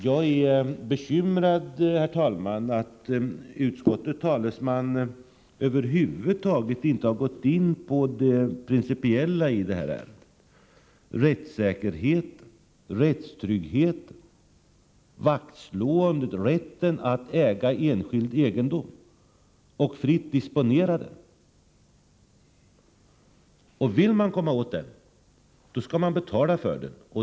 Jag är bekymrad, herr talman, att utskottets talesman över huvud taget inte har gått in på det principiella i det här ärendet: rättssäkerhet, rättstrygghet, vaktslående om rätten att äga enskild egendom och fritt disponera den. Vill man komma åt att disponera annans egendom, skall man betala för det.